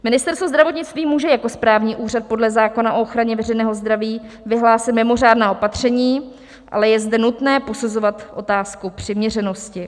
Ministerstvo zdravotnictví může jako správní úřad podle zákona o ochraně veřejného zdraví vyhlásit mimořádná opatření, ale je zde nutné posuzovat otázku přiměřenosti.